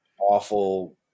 awful